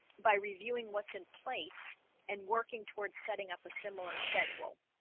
by reviewing what's in place and working towards setting up a similar schedule